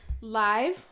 live